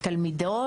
תלמידות,